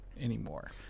anymore